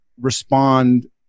respond